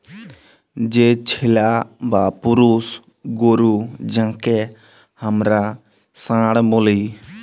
যে ছেলা বা পুরুষ গরু যাঁকে হামরা ষাঁড় ব্যলি